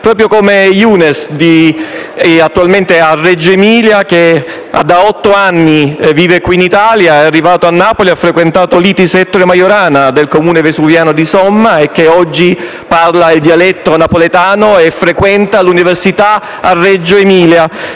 proprio come Younes, attualmente residente a Reggio Emilia, che da otto anni vive qui in Italia: è arrivato a Napoli, ha frequentato l'ITIS «Ettore Majorana» del Comune di Somma Vesuviana e oggi parla il dialetto napoletano e frequenta l'università a Reggio Emilia.